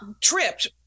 tripped